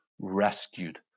rescued